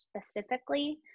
specifically